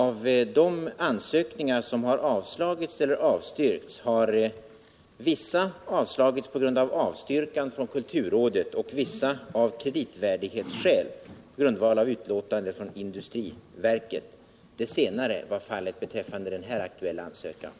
Av de ansökningar som har avslagits har sådant ställningstagande skett i vissa fall på grundval av avstvrkan från kulturrådet, i vissa fall av kreditvärdighetsskäl på grundval av utlåtande från industriverket. Det senare var fallet beträffande den här aktuella ansökningen.